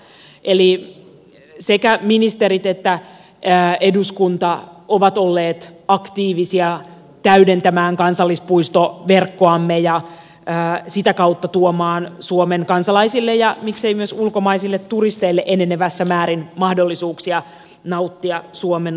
eli sekä ministerit että eduskunta ovat olleet aktiivisia täydentämään kansallispuistoverkkoamme ja sitä kautta tuomaan suomen kansalaisille ja miksei myös ulkomaisille turisteille enenevässä määrin mahdollisuuksia nauttia suomen luonnosta